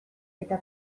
eta